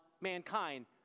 mankind